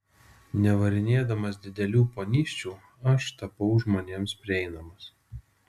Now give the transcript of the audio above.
nevarinėdamas didelių ponysčių aš tapau žmonėms prieinamas